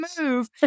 move